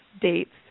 dates